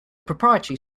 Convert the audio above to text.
proprietary